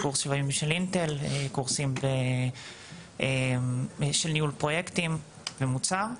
קורס של אינטל, קורסים של ניהול פרויקטים ומוצר.